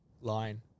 line